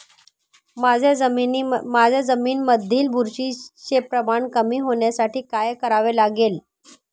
माझ्या जमिनीमधील बुरशीचे प्रमाण कमी होण्यासाठी काय करावे लागेल?